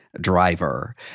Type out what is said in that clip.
driver